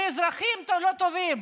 והאזרחים לא טובים.